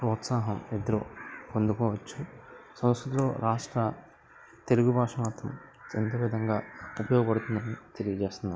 ప్రోత్సాహం ఇద్దరూ పొందుకోవచ్చు సంస్కృతిలో రాష్ట్ర తెలుగు భాష మాత్రం ఎంతో విధంగా ఉపయోగ పడుతుంది అని తెలియ చేస్తున్నాం